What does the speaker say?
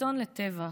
כצאן לטבח,